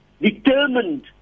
determined